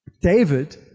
David